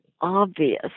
obvious